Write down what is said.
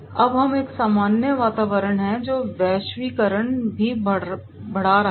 अब एक सामान्य वातावरण है तो वैश्वीकरण भी बढ रहा है